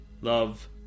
Love